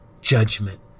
judgment